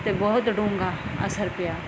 'ਤੇ ਬਹੁਤ ਡੂੰਘਾ ਅਸਰ ਪਿਆ